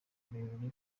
rurerure